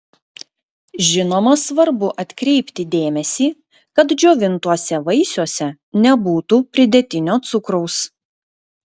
žinoma svarbu atkreipti dėmesį kad džiovintuose vaisiuose nebūtų pridėtinio cukraus